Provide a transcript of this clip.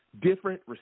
different